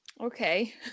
Okay